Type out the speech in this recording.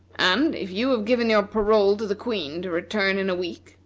and if you have given your parole to the queen to return in a week,